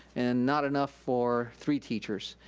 and not enough for three teachers.